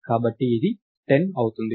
కాబట్టి ఇది 10 అవుతుంది